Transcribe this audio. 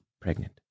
pregnant